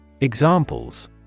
Examples